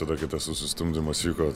tada kai tas susistumdymas vyko